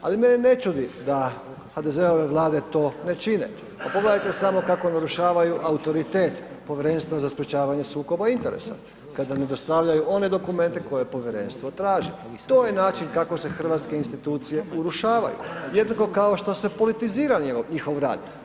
Ali mene ne čudi da HDZ-ove Vlade to ne čine, pa pogledajte samo kako narušavaju autoritet Povjerenstva za sprječavanje sukoba interesa kada ne dostavljaju one dokumente koje povjerenstvo traži, to je način kako se hrvatske institucije urušavaju, jednako kao što se politizira njihov rad.